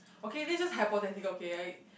okay this just hypothetical okay I